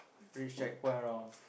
reach checkpoint around